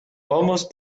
almost